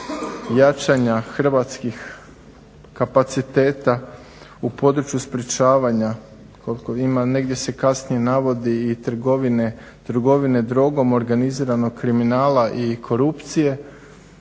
jačanja hrvatskih kapaciteta u području sprječavanja koliko ima, negdje se i kasnije navodi trgovine drogom, organiziranog kriminala i korupcije.